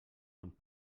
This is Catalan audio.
amb